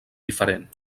diferent